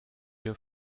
your